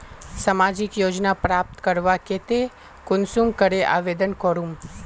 सामाजिक योजना प्राप्त करवार केते कुंसम करे आवेदन करूम?